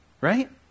right